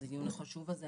על הדיון החשוב הזה.